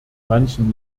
manchen